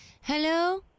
Hello